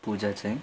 पूजा चाहिँ